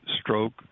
stroke